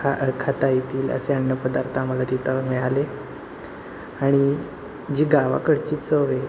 खा खाता येतील असे अन्न पदार्थ आम्हाला तिथं मिळाले आणि जी गावाकडची चव आहे